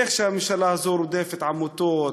איך הממשלה הזאת רודפת עמותות,